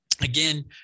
again